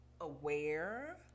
aware